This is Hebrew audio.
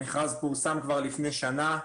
המכרז פורסם כבר לפני שנה.